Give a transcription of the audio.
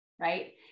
right